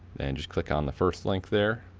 and just click on the first link there.